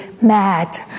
mad